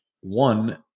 one